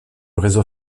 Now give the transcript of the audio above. réseau